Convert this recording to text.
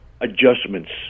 adjustments